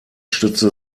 stützte